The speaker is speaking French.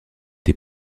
des